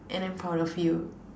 and I'm proud of you